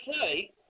say